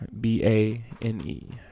B-A-N-E